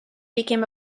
became